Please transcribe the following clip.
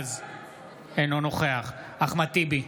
אינו נוכח אחמד טיבי,